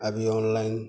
अभी ऑनलाइन